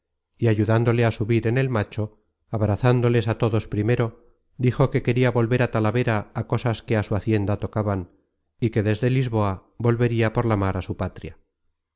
y ayudándole á subir en el macho abrazándoles á todos primero dijo que queria volver á talavera á cosas que á su hacienda tocaban y que desde lisboa volveria por la mar á su patria